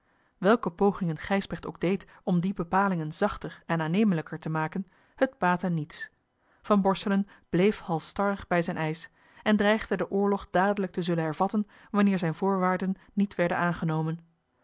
welke pogingen gijsbrecht ook deed om die bepalingen zachter en aannemelijker te maken het baatte niets van borselen bleef halsstarig bij zijn eisch en dreigde den oorlog dadelijk te zullen hervatten wanneer zijne voorwaarden niet werden aangenomen